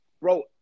bro